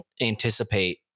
anticipate